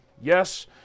Yes